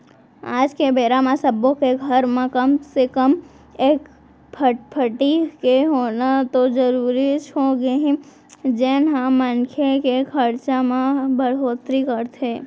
आज के बेरा म सब्बो के घर म कम से कम एक फटफटी के होना तो जरूरीच होगे हे जेन ह मनखे के खरचा म बड़होत्तरी करथे